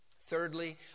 Thirdly